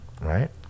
right